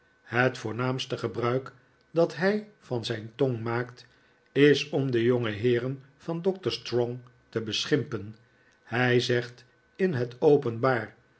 het voorhaamste gebruik dat hij van zijn tong tnaakt is om de jongeheeren van doctor strong te beschimpen hij zegt in het openbaar